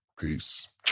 Peace